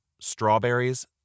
strawberries